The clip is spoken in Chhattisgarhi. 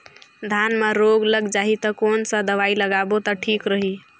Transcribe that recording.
धान म रोग लग जाही ता कोन सा दवाई लगाबो ता ठीक रही?